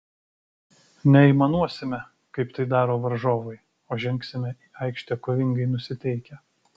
neaimanuosime kaip tai daro varžovai o žengsime į aikštę kovingai nusiteikę